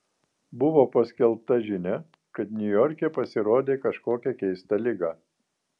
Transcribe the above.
buvo paskelbta žinia kad niujorke pasirodė kažkokia keista liga